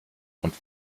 und